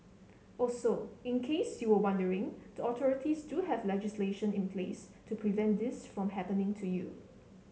also in case you were wondering the authorities do have legislation in place to prevent this from happening to you